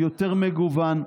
יותר מגוון.